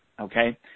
Okay